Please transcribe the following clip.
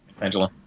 Angela